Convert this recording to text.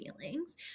feelings